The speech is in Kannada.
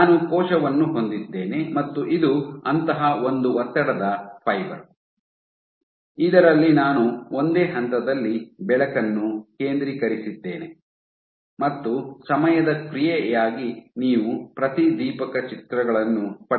ನಾನು ಕೋಶವನ್ನು ಹೊಂದಿದ್ದೇನೆ ಮತ್ತು ಇದು ಅಂತಹ ಒಂದು ಒತ್ತಡದ ಫೈಬರ್ ಇದರಲ್ಲಿ ನಾನು ಒಂದೇ ಹಂತದಲ್ಲಿ ಬೆಳಕನ್ನು ಕೇಂದ್ರೀಕರಿಸಿದ್ದೇನೆ ಮತ್ತು ಸಮಯದ ಕ್ರಿಯೆಯಾಗಿ ನೀವು ಪ್ರತಿದೀಪಕ ಚಿತ್ರಗಳನ್ನು ಪಡೆದುಕೊಳ್ಳುತ್ತೀರಿ